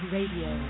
Radio